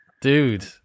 Dude